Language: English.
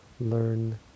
learn